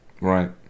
Right